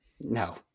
No